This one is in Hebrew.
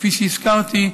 כפי שהזכרתי.